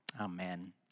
amen